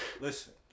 Listen